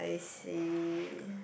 I see